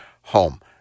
home